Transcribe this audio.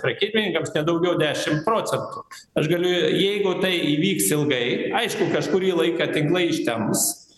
prekybininkams ne daugiau dešim procentų aš galiu jeigu tai įvyks ilgai aišku kažkurį laiką tinklai ištemps